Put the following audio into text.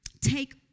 take